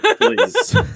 Please